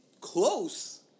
close